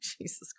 Jesus